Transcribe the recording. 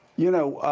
you know,